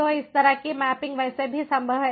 तो इस तरह की मैपिंग वैसे भी संभव है